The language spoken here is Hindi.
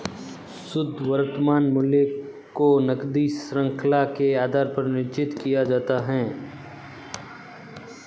शुद्ध वर्तमान मूल्य को नकदी शृंखला के आधार पर निश्चित किया जाता है